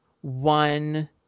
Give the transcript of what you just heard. one